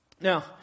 Now